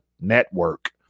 network